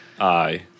Aye